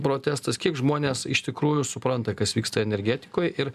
protestas kiek žmonės iš tikrųjų supranta kas vyksta energetikoj ir